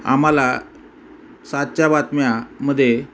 आम्हाला सातच्या बातम्यामध्ये